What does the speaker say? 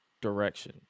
direction